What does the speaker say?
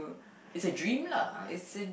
is a dream lah